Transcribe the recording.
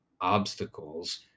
obstacles